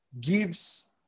gives